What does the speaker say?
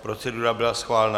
Procedura byla schválena.